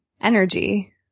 energy